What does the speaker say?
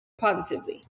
positively